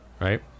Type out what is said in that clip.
right